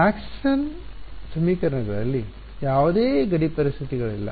ಮ್ಯಾಕ್ಸ್ವೆಲ್ನ ಸಮೀಕರಣಗಳಲ್ಲಿ Maxwell's equations ಯಾವುದೇ ಗಡಿ ಪರಿಸ್ಥಿತಿಗಳಿಲ್ಲ